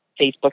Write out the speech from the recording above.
Facebook